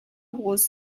wars